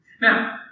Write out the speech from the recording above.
Now